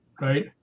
right